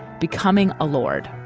becoming a lord.